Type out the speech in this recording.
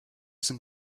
sind